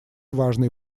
важные